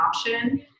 option